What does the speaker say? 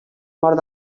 mort